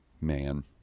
Man